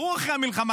ברור אחרי המלחמה.